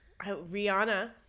Rihanna